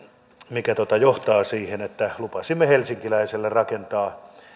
mikä johtaa siihen että lupasimme helsinkiläisille rakentaa